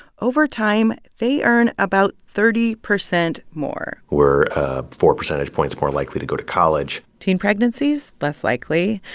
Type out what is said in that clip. over time, they earn about thirty percent more were four percentage points more likely to go to college teen pregnancies, less likely.